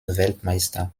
weltmeister